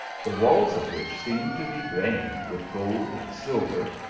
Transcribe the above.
the walls of which seemed to be veined with gold and silver,